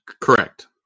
Correct